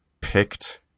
picked